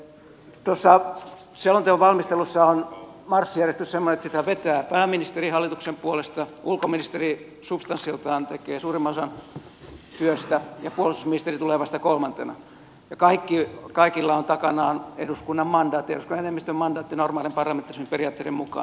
tuossa selonteon valmistelussa on marssijärjestys semmoinen että sitä vetää pääministeri hallituksen puolesta ulkoministeri substanssiltaan tekee suurimman osan työstä ja puolustusministeri tulee vasta kolmantena ja kaikilla on takanaan eduskunnan enemmistön mandaatti normaalien parlamentarismin periaatteiden mukaan